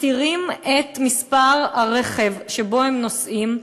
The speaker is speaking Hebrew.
מסתירים את מספר הרכב שבו הם נוסעים,